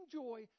joy